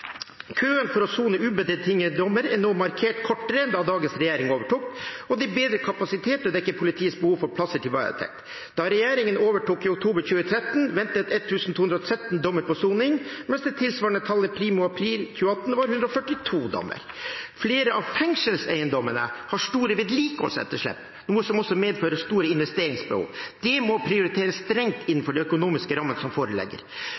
Køen for å sone ubetingede dommer er nå markert kortere enn da dagens regjering overtok, og det er bedre kapasitet til å dekke politiets behov for plasser til varetekt. Da regjeringen overtok i oktober 2013, ventet 1 213 dommer på soning, mens det tilsvarende tallet primo april 2018 var 142 dommer. Flere av fengselseiendommene har store vedlikeholdsetterslep, noe som også medfører store investeringsbehov. Det må prioriteres strengt innenfor de økonomiske rammer som foreligger.